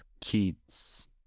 kids